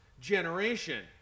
generation